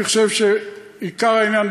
אני חושב שעיקר העניין,